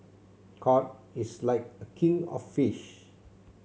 cod is like a king of fish